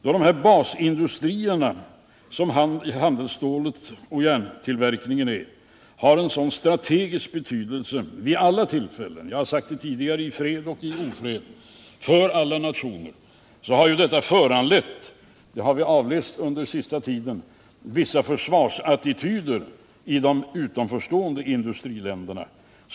Då dessa basindustrier har en så strategisk betydelse vid alla tillfällen — jag har sagt det tidigare — i fred och i ofred för nationerna, har detta på sista tiden föranlett vissa försvarsattityder från de utanförstående industriländerna.